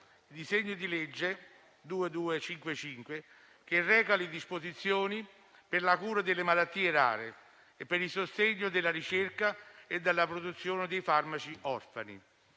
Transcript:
il disegno di legge n. 2255, recante disposizioni per la cura delle malattie rare e il sostegno della ricerca e della produzione dei farmaci orfani.